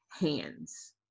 hands